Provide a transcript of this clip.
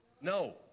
No